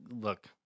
Look